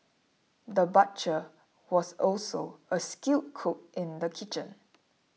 the butcher was also a skilled cook in the kitchen